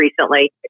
recently